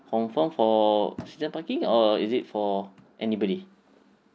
confirm for season parking or is it for anybody